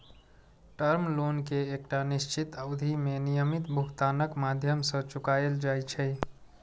term loan कें एकटा निश्चित अवधि मे नियमित भुगतानक माध्यम सं चुकाएल जाइ छै